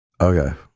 Okay